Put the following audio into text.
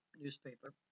newspaper –